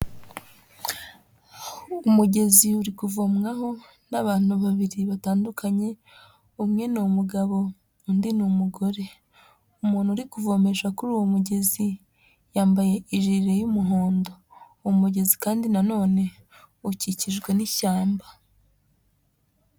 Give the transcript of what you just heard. Umugezi uri kuvomwaho n'abantu babiri batandukanye, umwe ni umugabo undi ni umugore. Umuntu uri kuvomesha kuri uwo mugezi yambaye ijire y'umuhondo. Umugezi kandi na none ukikijwe n'ishyamba.